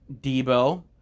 Debo